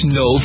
no